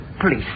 please